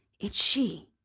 it's she!